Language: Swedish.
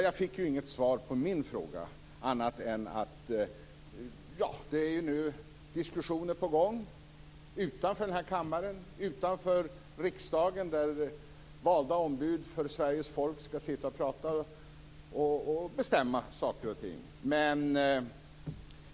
Jag fick inget annat svar på min fråga annat än något om att diskussioner nu är på gång utanför denna kammare - utanför riksdagen där valda ombud för Sveriges folk skall prata och bestämma saker och ting.